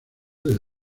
del